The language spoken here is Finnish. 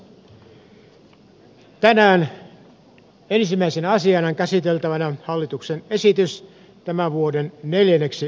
tänään ensimmäisenä asiana on käsiteltävänä hallituksen esitys tämän vuoden neljänneksi lisätalousarvioksi